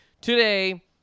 today